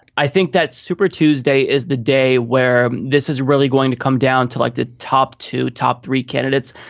i think that super tuesday is the day where this is really going to come down to like the top two top three candidates.